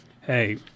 Hey